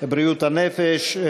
בריאות הנפש.